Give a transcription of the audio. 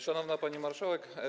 Szanowna Pani Marszałek!